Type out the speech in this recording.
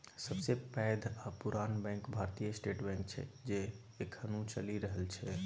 सबसँ पैघ आ पुरान बैंक भारतीय स्टेट बैंक छै जे एखनहुँ चलि रहल छै